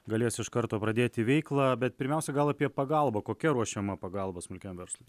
galės iš karto pradėti veiklą bet pirmiausia gal apie pagalbą kokia ruošiama pagalba smulkiam verslui